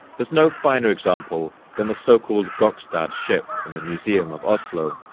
there's no finer example than the so-called gokstad ship in the museum of oslo.